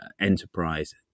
enterprise